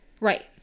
Right